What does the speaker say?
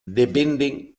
dependen